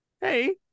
Hey